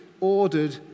ordered